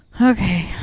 Okay